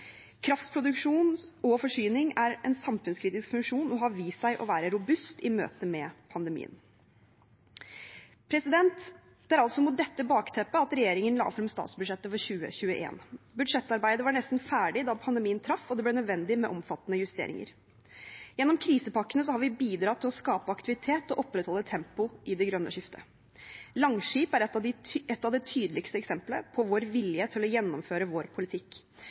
Kraftproduksjon og -forsyning er en samfunnskritisk funksjon og har vist seg å være robust i møtet med pandemien. Det er mot dette bakteppet at regjeringen la frem statsbudsjettet for 2021. Budsjettarbeidet var nesten ferdig da pandemien traff, og det ble nødvendig med omfattende justeringer. Gjennom krisepakkene har vi bidratt til å skape aktivitet og opprettholde tempoet i det grønne skiftet. Langskip er et av de tydeligste eksemplene på vår vilje til å gjennomføre vår politikk.